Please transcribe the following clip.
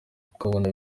ukabona